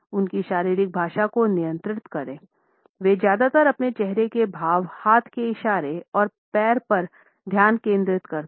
उनकी शारीरिक भाषा को नियंत्रित करें वे ज्यादातर अपने चेहरे के भावहाथ के इशारे और हाथ पर ध्यान केंद्रित करते हैं